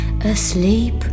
asleep